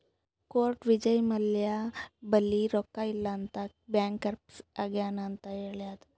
court Vijay Mallya ಬಲ್ಲಿ ರೊಕ್ಕಾ ಇಲ್ಲ ಅಂತ ಬ್ಯಾಂಕ್ರಪ್ಸಿ ಆಗ್ಯಾನ್ ಅಂತ್ ಹೇಳ್ಯಾದ್